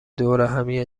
دورهمیه